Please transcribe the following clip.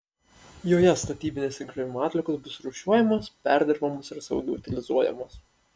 joje statybinės ir griovimo atliekos bus rūšiuojamos perdirbamos ir saugiai utilizuojamos